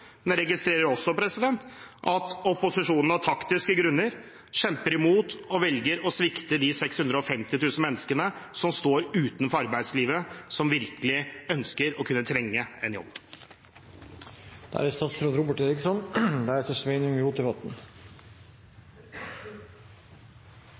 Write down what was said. Men jeg registrerer også at opposisjonen av taktiske grunner kjemper imot og velger å svikte de 650 000 menneskene som står utenfor arbeidslivet, og som virkelig ønsker og kunne trenge en jobb. Jeg har lyst til å kommentere noen av tingene som har blitt sagt. Jeg registrerer bl.a. at det